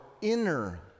inner